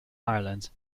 ireland